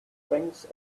thanks